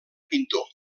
pintor